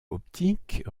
optiques